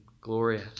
glorious